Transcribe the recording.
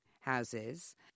houses